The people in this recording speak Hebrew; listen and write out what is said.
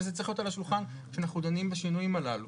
וזה צריך להיות על השולחן כשאנחנו דנים בשינויים הללו.